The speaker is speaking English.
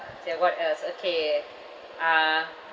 so ya what else okay uh